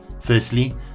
Firstly